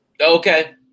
okay